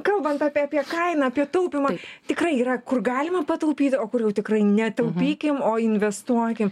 kalbant apie aoie kainą apie taupymą tikrai yra kur galima pataupyt o kur jau tikrai netaupykim o investuokim